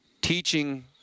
teaching